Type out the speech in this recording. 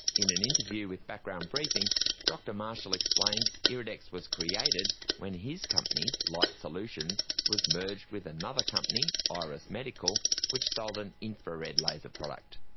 in an interview with background briefing dr marshall explained iridex was created when his company, light solutions, was merged with another company, ah iris medical, which sold an infrared laser product.